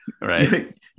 Right